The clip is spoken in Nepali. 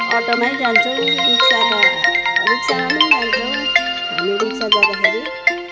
अटोमै जान्छौँ रिक्सामा रिक्सामा पनि जान्छौँ हामी रिक्सा जाँदाखेरि